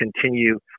continue